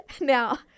Now